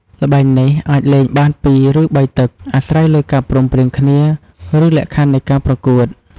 ល្បែងនេះអាចលេងបានពីរ ឬបីទឹក អាស្រ័យលើការព្រមព្រៀងគ្នា ឬលក្ខខណ្ឌនៃការប្រកួត។